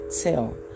tell